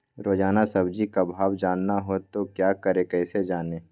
रोजाना सब्जी का भाव जानना हो तो क्या करें कैसे जाने?